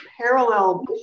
parallel